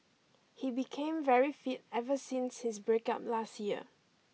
he became very fit ever since his breakup last year